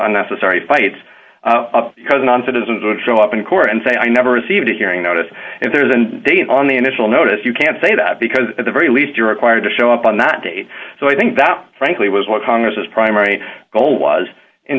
unnecessary fights because non citizens and show up in court and say i never received a hearing notice if there isn't a date on the initial notice you can't say that because at the very least you're required to show up on that date so i think that frankly was what congress has primary goal was in